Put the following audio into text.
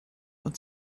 und